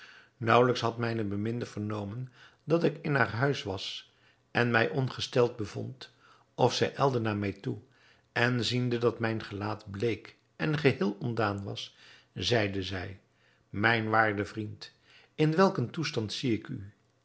naauwelijks had mijne beminde vernomen dat ik in haar huis was en mij ongesteld bevond of zij ijlde naar mij toe en ziende dat mijn gelaat bleek en geheel ontdaan was zeide zij mijn waarde vriend in welk een toestand zie ik u